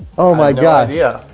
oh my god yeah,